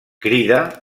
crida